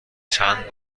چند